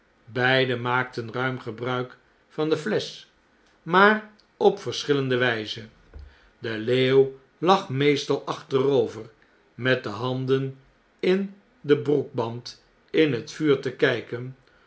beiden maakten ruim gebruik van de flesch maar op verschillende wijze de leeuw lag meestal achterover met de handen in den broekband in het vuur te kijken